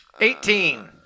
Eighteen